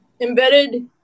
Embedded